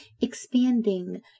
expanding